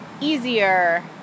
easier